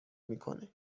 میکنه